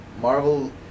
Marvel